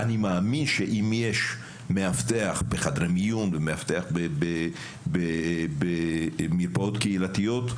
אני מאמין שאם יש מאבטח בחדרי מיון ומאבטח במרפאות קהילתיות,